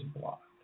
blocked